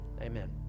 Amen